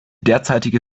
derzeitige